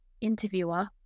interviewer